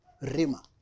Rima